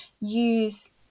use